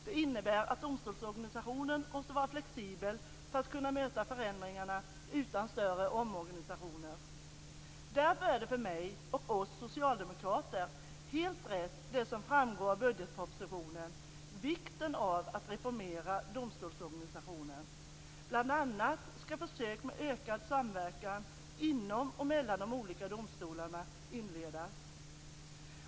Det innebär att domstolsorganisationen måste vara flexibel för att kunna möta förändringar utan större omorganisationer. Därför är det för mig och oss socialdemokrater helt rätt, som framgår av budgetpropositionen, att reformera domstolsorganisationen. Bl.a. skall försök med ökad samverkan inom och mellan de olika domstolarna inledas.